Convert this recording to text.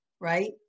right